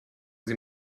sie